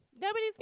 nobody's